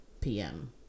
PM